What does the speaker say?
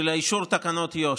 של אישור תקנות יו"ש.